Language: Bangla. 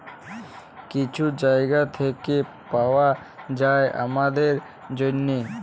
কিছু জায়গা থ্যাইকে পাউয়া যায় আমাদের জ্যনহে